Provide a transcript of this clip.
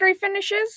finishes